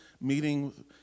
meeting